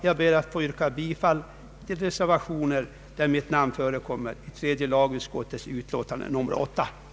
Jag ber att få yrka bifall till alla de reservationer i tredje lagutskottets utlåtande nr 8 där mitt namn förekommer.